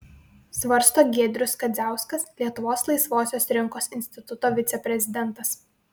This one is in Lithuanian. svarsto giedrius kadziauskas lietuvos laisvosios rinkos instituto viceprezidentas